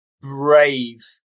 brave